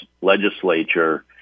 legislature